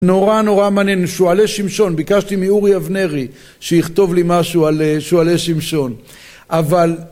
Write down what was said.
נורא נורא מעניין, שועלי שמשון, ביקשתי מאורי אבנרי שיכתוב לי משהו על שועלי שמשון אבל